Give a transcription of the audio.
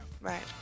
Right